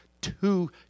two